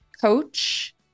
coach